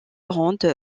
ronde